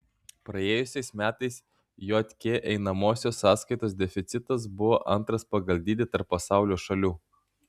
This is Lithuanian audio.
praėjusiais metais jk einamosios sąskaitos deficitas buvo antras pagal dydį tarp pasaulio šalių